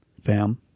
fam